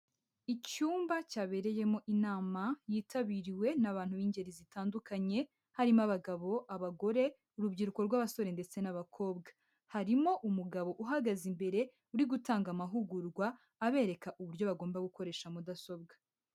Icyumba cyabereyemo inama yitabiriwe n'abantu b'ingeri zitandukanye harimo abagabo, abagore, urubyiruko rw'abasore ndetse n'abakobwa, harimo umugabo uhagaze imbere uri gutanga amahugurwa abereka uburyo bagomba gukoresha mudasobwa.